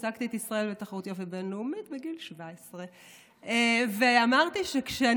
ייצגתי את ישראל בתחרות יופי בין-לאומית בגיל 17. אמרתי שבגיל